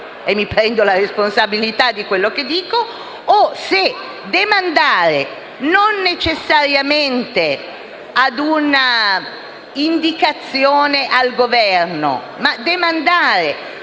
e mi prendo la responsabilità di quello che dico - o se demandare non necessariamente a un'indicazione al Governo, ma a un disegno